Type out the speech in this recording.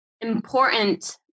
important